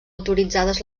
autoritzades